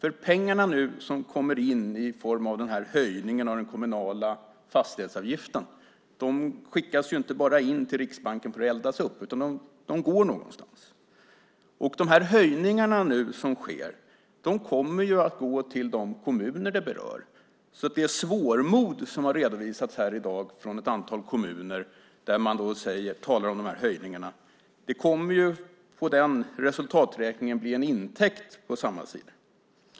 De pengar som nu kommer in i form av den höjda kommunala fastighetsavgiften skickas inte bara in till Riksbanken för att eldas upp, utan de går till något. De höjningar som nu sker innebär att pengarna kommer att gå till de kommuner som berörs. Ett svårmod har här i dag redovisats från ett antal kommuner när det gäller de här höjningarna. Men på resultaträkningen blir det en intäkt på samma sida.